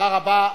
תודה רבה.